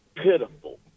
Pitiful